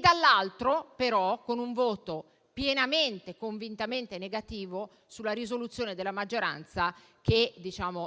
dall'altro lato, però, con un voto pienamente e convintamente negativo sulla risoluzione della maggioranza che